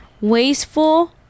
wasteful